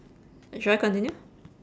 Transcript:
shall I continue